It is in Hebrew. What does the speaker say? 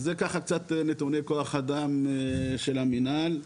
אלו נתוני כוח אדם של המנהל.